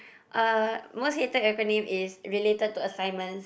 uh most hated acronym is related to assignments